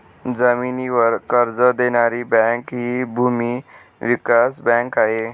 जमिनीवर कर्ज देणारी बँक हि भूमी विकास बँक आहे